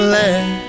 let